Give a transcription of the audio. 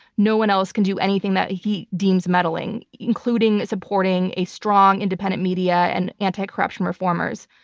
no one else can do anything that he deems meddling, including supporting a strong, independent media and anti-corruption reformers.